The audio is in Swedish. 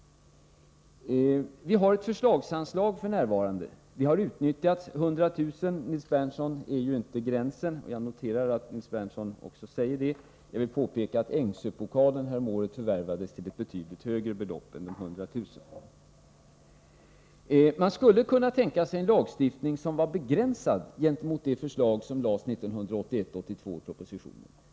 Vi har f.n. ett förslagsanslag. Det har utnyttjats till 100000 kr. Detta är inte gränsen, och jag noterar att Nils Berndtson också säger det. Jag vill påpeka att Ängsöpokalen häromåret förvärvades till ett betydligt högre belopp än 100 000 kr. Jag skulle kunna tänka mig en lagstiftning som var begränsad gentemot det förslag som lades fram i 1981/82 års proposition.